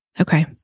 Okay